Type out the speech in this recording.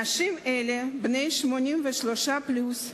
אנשים אלה, בני 83 פלוס,